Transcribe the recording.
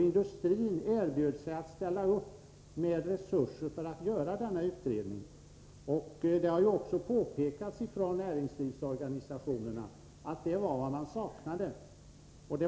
Industrin har erbjudit sig att ställa upp med resurser för att göra denna utredning, och det har också påpekats från näringslivsorganisationerna att det var vad man saknade.